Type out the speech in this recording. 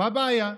מה הבעיה?